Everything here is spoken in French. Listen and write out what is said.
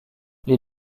les